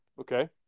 okay